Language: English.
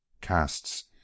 casts